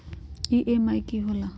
EMI की होला?